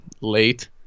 late